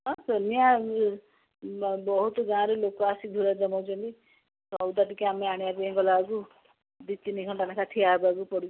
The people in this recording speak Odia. ବହୁତ ଗାଁ'ରେ ଲୋକ ଆସି ଧୂରା ଜମଉଛନ୍ତି ସଉଦା ଟିକେ ଆମେ ଆଣିବା ପାଇଁ ଗଲାବେଳକୁ ଦୁଇ ତିନି ଘଣ୍ଟା ଲେଖାଁ ଠିଆ ହେବାକୁ ପଡ଼ୁଛି